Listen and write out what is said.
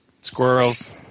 Squirrels